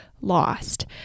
lost